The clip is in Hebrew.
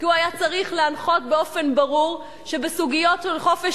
כי הוא היה צריך להנחות באופן ברור שבסוגיות של חופש